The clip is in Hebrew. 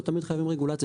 לא תמיד חייבים רגולציה,